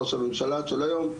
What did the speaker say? ראש הממשלה של היום,